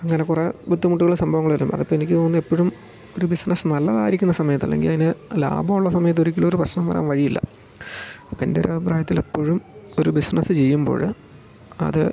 അങ്ങനെ കുറേ ബുദ്ധിമുട്ടുകൾ സംഭവങ്ങൾ വരും അതപ്പോൾ എനിക്ക് തോന്നുന്നു എപ്പോഴും ഒരു ബിസ്നസ്സ് നല്ലതായിരിക്കുന്ന സമയത്ത് അല്ലെങ്കിൽ അതിനെ ലാഭമുള്ള സമയത്ത് ഒരിക്കലൊരു പ്രശ്നം വരാൻ വഴിയില്ല അപ്പോൾ എൻ്റെ ഒരു അഭിപ്രായത്തിൽ എപ്പോഴും ഒരു ബിസ്നസ്സ് ചെയ്യുമ്പോൾ അത്